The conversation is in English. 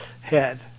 head